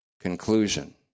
conclusion